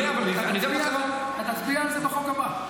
אתה תצביע על זה בחוק הבא.